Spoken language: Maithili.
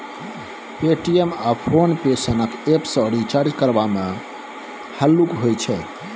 पे.टी.एम आ फोन पे सनक एप्प सँ रिचार्ज करबा मे हल्लुक होइ छै